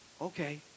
Okay